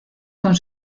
con